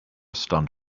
stunned